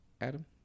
Adam